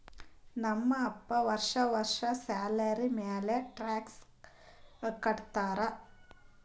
ನಮ್ ಪಪ್ಪಾ ವರ್ಷಾ ವರ್ಷಾ ಸ್ಯಾಲರಿ ಮ್ಯಾಲ ಟ್ಯಾಕ್ಸ್ ಕಟ್ಟತ್ತಾರ